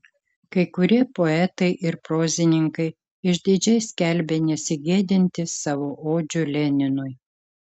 kai kurie poetai ir prozininkai išdidžiai skelbė nesigėdintys savo odžių leninui